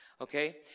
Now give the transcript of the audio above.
okay